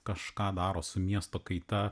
kažką daro su miesto kaita